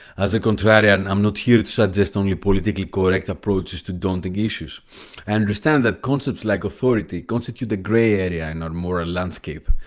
as a contrarian, i and am not here to suggest only politically correct approaches to daunting issues. i understand that concepts like authority constitute a gray area in our moral landscape.